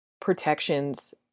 protections